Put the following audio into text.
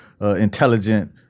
intelligent